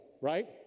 right